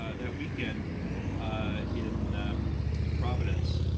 ah that weekend in in providence,